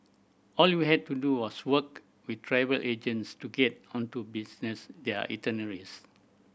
all we had to do was work with travel agents to get onto business their itineraries